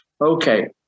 okay